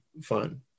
fun